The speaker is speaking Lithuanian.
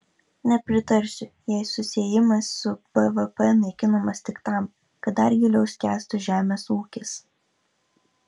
nepritarsiu jei susiejimas su bvp naikinamas tik tam kad dar giliau skęstų žemės ūkis